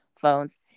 phones